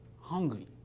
hungry